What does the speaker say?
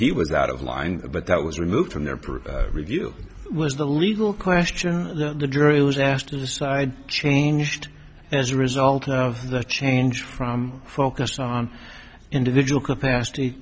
he was out of line but that was removed from their previous review was the legal question the jury was asked to decide changed as a result of the change from focus on individual capacity